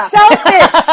selfish